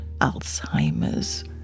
Alzheimer's